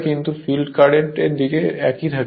কিন্তু ফিল্ড কারেন্টের দিক একই থাকে